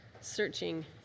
searching